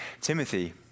Timothy